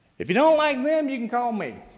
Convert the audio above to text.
if you don't like them, you can call me.